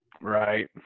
right